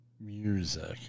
music